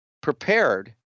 prepared